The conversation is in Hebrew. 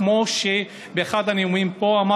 כמו שאמרתי באחד הנאומים פה: